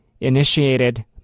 Initiated